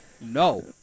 No